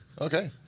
okay